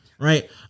Right